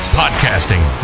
Podcasting